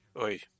Oi